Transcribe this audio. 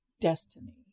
destiny